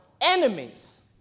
enemies